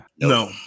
No